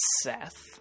Seth